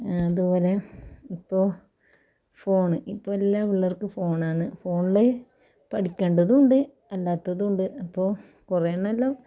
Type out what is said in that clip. അതുപോലെ ഇപ്പോൾ ഫോണ് ഇപ്പോൾ എല്ലാ പിള്ളേർക്ക് ഫോണാണ് ഫോണ്ല് പഠിക്കേണ്ടതുണ്ട് അല്ലാത്തതുണ്ട് അപ്പോൾ കുറേണ്ണം എല്ലോം